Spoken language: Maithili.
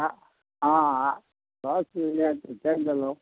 आओर हँ आओर सबचीज लैत चलि देलहुँ